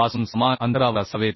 पासून समान अंतरावर असावे